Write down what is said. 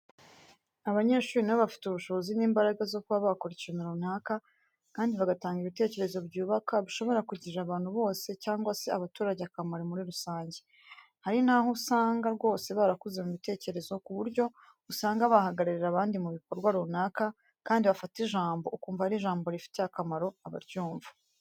Abanyeshuri nabo bafite ubushobozi n'imbaraga zo kuba bakora ikintu runaka kandi bagatanga ibitekerezo byubaka bishobora kugirira abantu bose cyangwa se abaturage akamaro muri rusange. Hari nabo usanga rwose barakuze mu bitekerezo ku buryo usanga bahagararira abandi mu bikorwa runaka kandi bafata ijambo ukumva ari ijambo rifitiye akamaro abaryumwa.